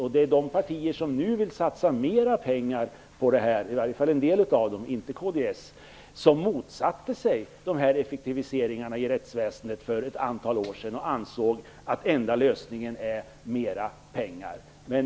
En del av de partier som nu vill satsa mera pengar - inte kds - motsatte sig den här effektiviseringen i rättsväsendet för ett antal år sedan och ansåg att enda lösningen var mera pengar.